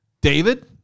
David